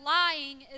lying